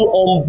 on